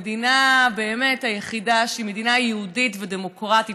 המדינה היחידה שהיא מדינה יהודית ודמוקרטית,